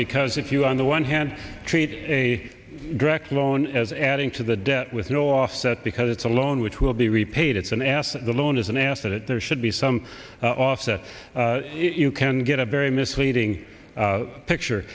because if you on the one hand treats a direct loan as adding to the debt with no offset because it's a loan which will be repaid it's an asset the loan is an asset it there should be some offset you can get a very misleading picture